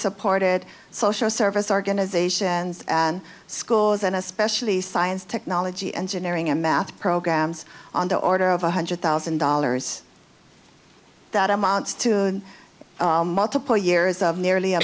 supported social service organizations and schools and especially science technology engineering and math programs on the order of one hundred thousand dollars that amounts to multiple years of nearly a